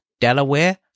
Delaware